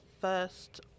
first